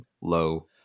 low